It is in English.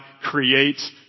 creates